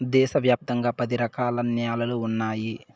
దేశ వ్యాప్తంగా పది రకాల న్యాలలు ఉన్నాయి